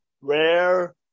rare